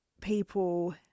people